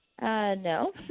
No